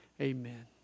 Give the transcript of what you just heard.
Amen